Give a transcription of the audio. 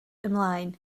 ymlaen